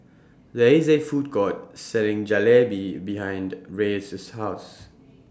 There IS A Food Court Selling Jalebi behind Reyes' House